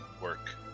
work